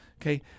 Okay